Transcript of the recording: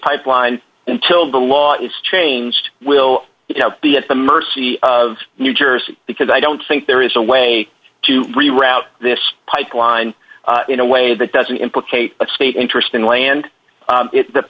pipeline until the law is changed will be at the mercy of new jersey because i don't think there is a way to reroute this pipeline in a way that doesn't implicate a state interest in land